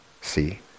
see